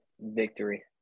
victory